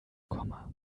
komme